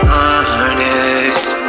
honest